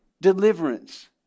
Deliverance